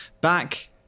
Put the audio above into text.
back